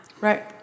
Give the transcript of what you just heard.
Right